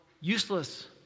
useless